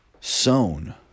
sown